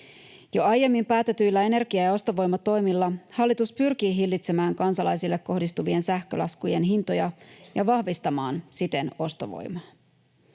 Jo aiemmin päätetyillä energia- ja ostovoimatoimilla hallitus pyrkii hillitsemään kansalaisille kohdistuvien sähkölaskujen hintoja ja vahvistamaan siten ostovoimaa.